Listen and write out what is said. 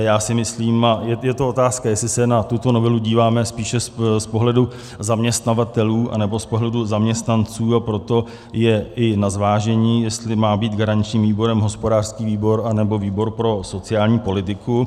Já si myslím je to otázka, jestli se na tuto novelu díváme spíše z pohledu zaměstnavatelů anebo z pohledu zaměstnanců, a proto je i na zvážení, jestli má být garančním výborem hospodářský výbor, anebo výbor pro sociální politiku.